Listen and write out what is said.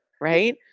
right